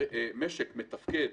משק מתפקד